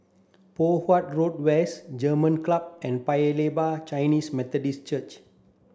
Poh Huat Road West German Club and Paya Lebar Chinese Methodist Church